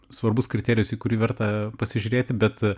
svarbus kriterijus į kurį vertą pasižiūrėti bet